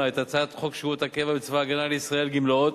את הצעת חוק שירות הקבע בצבא-הגנה לישראל (גמלאות)